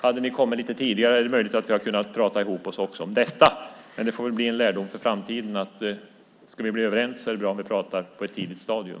Hade ni kommit lite tidigare är det möjligt att vi hade kunnat prata ihop oss också om detta. Det får väl bli en lärdom för framtiden att ska vi bli överens är det bra om vi pratar på ett tidigt stadium.